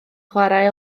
chware